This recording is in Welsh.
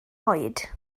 oed